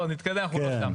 נתקדם, אנחנו לא שם.